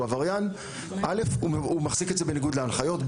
דבר ראשון, הוא מחזיק את זה בניגוד להנחיות.